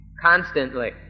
constantly